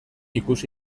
ikus